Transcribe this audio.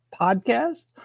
podcast